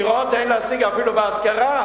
דירות אין להשיג אפילו בהשכרה.